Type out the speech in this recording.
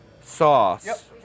sauce